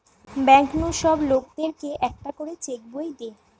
bank নু সব লোকদের কে একটা করে চেক বই দে